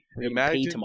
Imagine